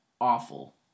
awful